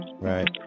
Right